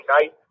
night